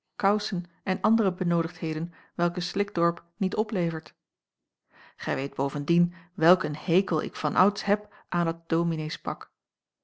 kousen en andere benoodigdheden welke slikdorp niet oplevert gij weet bovendien welk een hekel ik vanouds heb aan dat domineespak